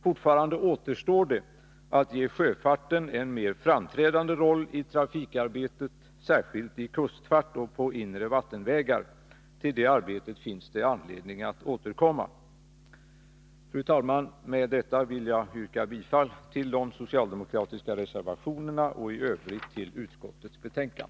Fortfarande återstår det att ge sjöfarten en mer framträdande roll i trafikarbetet, särskilt i kustfart och på inre vattenvägar. Till detta arbete finns det anledning att återkomma. Fru talman! Med detta vill jag yrka bifall till de socialdemokratiska reservationerna och i övrigt till utskottets hemställan.